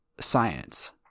science